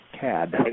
cad